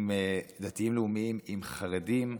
עם דתיים לאומיים, עם חרדים,